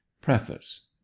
Preface